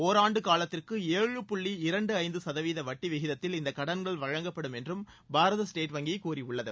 ஒராண்டு காலத்திற்கு ஏழு புள்ளி இரண்டு ஐந்து சதவீத வட்டி விகிதத்தில் இந்த கடன்கள் வழங்கப்படும் என்றும் பாரத ஸ்டேட் வங்கி கூறியுள்ளது